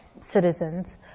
citizens